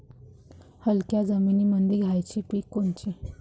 हलक्या जमीनीमंदी घ्यायची पिके कोनची?